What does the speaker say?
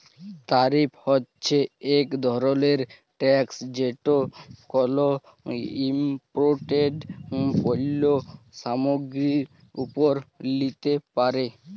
তারিফ হছে ইক ধরলের ট্যাকস যেট কল ইমপোর্টেড পল্য সামগ্গিরির উপর লিতে পারে